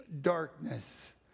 darkness